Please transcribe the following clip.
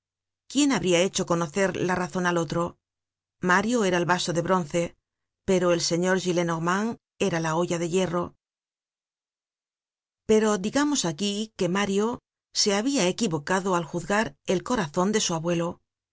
quién habria hecho conocer la razon al otro mario era el vaso de bronce pero el señor gillenormand era la olla de hierro pero digamos aquí que mario se habia equivocado al juzgar el corazon de su abuelo